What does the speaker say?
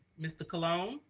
mr. colon. um